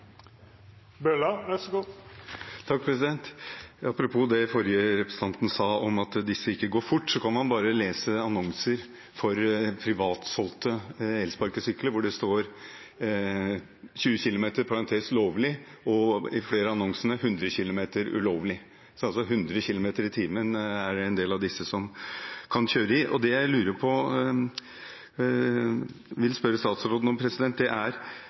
Apropos det den forrige representanten sa om at disse ikke går fort, kan man bare lese annonser for privatsolgte elsparkesykler. Der står det 20 km/t og i parentes «lovlig», og i flere av annonsene står det 100 km/t «ulovlig». 100 km/t er det altså en del av disse som kan kjøre i. Når det